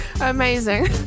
Amazing